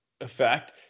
effect